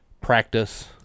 practice